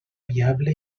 viable